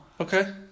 Okay